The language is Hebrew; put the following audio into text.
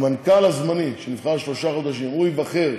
המנכ"ל הזמני, שנבחר לשלושה חודשים, ייבחר